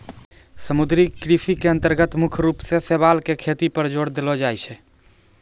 समुद्री कृषि के अन्तर्गत मुख्य रूप सॅ शैवाल के खेती पर जोर देलो जाय छै